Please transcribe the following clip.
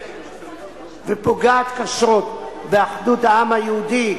פוגעת קשות באחדות העם היהודי,